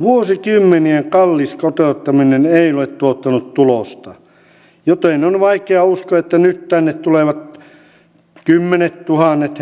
vuosikymmenien kallis kotouttaminen ei ole tuottanut tulosta joten on vaikea uskoa että nyt tänne tulevat kymmenettuhannet